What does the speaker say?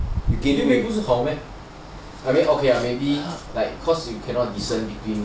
gain weight 不是好 meh I mean okay lah maybe like cause you cannot discern between